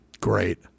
Great